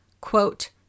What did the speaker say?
quote